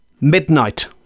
midnight